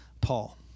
Paul